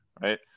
Right